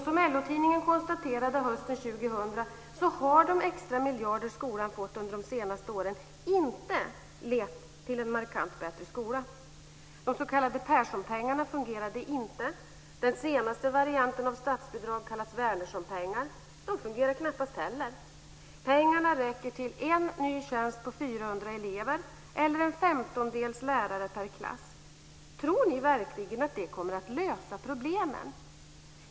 Som LO-tidningen konstaterade hösten 2000 har de extra miljarder som skolan fått under de senaste åren inte lett till en markant bättre skola. De s.k. Perssonpengarna fungerade inte. Den senaste varianten av statsbidrag kallas Wärnerssonpengar. De fungerar knappast heller. Pengarna räcker till en ny tjänst på Tror ni verkligen att det kommer att lösa problemen?